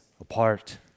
apart